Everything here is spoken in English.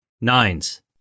Nines